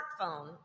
smartphone